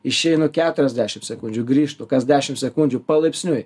išeinu keturiasdešimt sekundžių grįžtu kas dešimt sekundžių palaipsniui